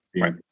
Right